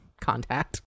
contact